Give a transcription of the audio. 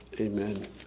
Amen